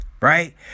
Right